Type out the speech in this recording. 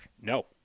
No